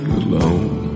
alone